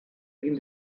egin